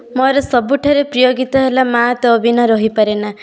ମୋର ସବୁଠାରୁ ପ୍ରିୟ ଗୀତ ହେଲା ମାଆ ତୋ ବିନା ରହି ପାରେନା